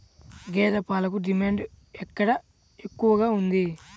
గేదె పాలకు డిమాండ్ ఎక్కడ ఎక్కువగా ఉంది?